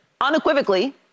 unequivocally